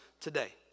today